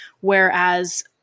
whereas